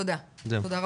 תודה רבה.